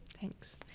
Thanks